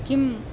किम्